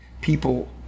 people